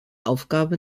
aufgabe